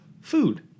food